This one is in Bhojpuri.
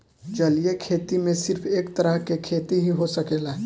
जलीय खेती में सिर्फ एक तरह के खेती ही हो सकेला